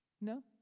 No